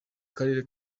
karere